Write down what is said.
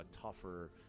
tougher